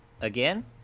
Again